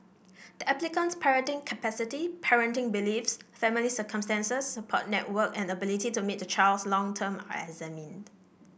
the applicant's parenting capacity parenting beliefs family circumstances support network and ability to meet the child's long term are examined